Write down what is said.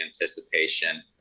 anticipation